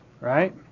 Right